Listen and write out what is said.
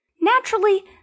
Naturally